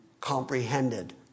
comprehended